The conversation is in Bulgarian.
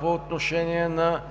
по отношение на